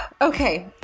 Okay